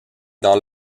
dans